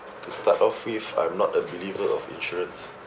to start off with I'm not a believer of insurance